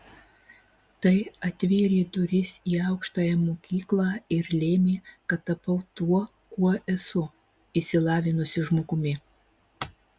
tai atvėrė duris į aukštąją mokyklą ir lėmė kad tapau tuo kuo esu išsilavinusiu žmogumi